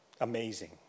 amazing